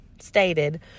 stated